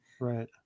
right